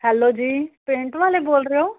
hello ਜੀ paint ਵਾਲੇ ਬੋਲ ਰਹੇ ਓ